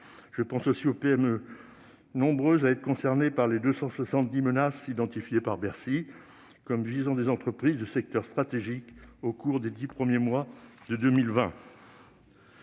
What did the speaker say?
Je pense aussi aux PME, nombreuses à être concernées par les 270 menaces identifiées par Bercy comme visant des entreprises de secteurs stratégiques au cours des dix premiers mois de 2020.